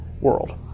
world